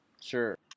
Sure